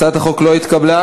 הצעת החוק לא התקבלה.